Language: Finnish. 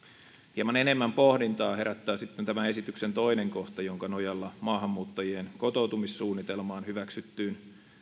hieman enemmän pohdintaa herättää sitten esityksen toinen kohta jonka nojalla maahanmuuttajien kotoutumissuunnitelmaan hyväksyttyyn